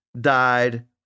died